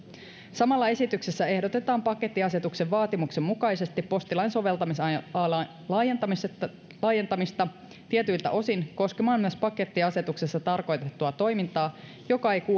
samalla esityksessä ehdotetaan pakettiasetuksen vaatimuksen mukaisesti postilain soveltamisalan laajentamista tietyiltä osin koskemaan myös pakettiasetuksessa tarkoitettua toimintaa joka ei kuulu